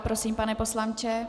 Prosím, pane poslanče.